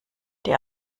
die